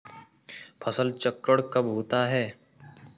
फसल चक्रण कब होता है?